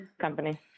company